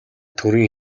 төрийн